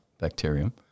bacterium